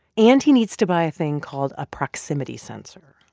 and he needs to buy a thing called a proximity sensor.